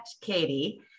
Katie